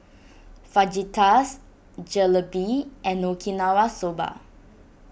Fajitas Jalebi and Okinawa Soba